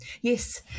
Yes